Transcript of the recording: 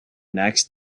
next